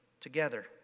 together